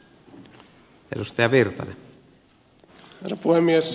arvoisa puhemies